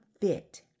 fit